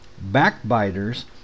backbiters